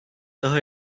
daha